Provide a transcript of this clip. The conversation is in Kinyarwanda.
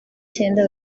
cyenda